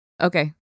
Okay